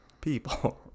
people